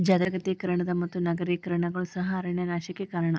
ಜಾಗತೇಕರಣದ ಮತ್ತು ನಗರೇಕರಣಗಳು ಸಹ ಅರಣ್ಯ ನಾಶಕ್ಕೆ ಕಾರಣ